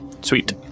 Sweet